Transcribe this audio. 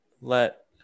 let